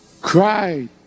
cried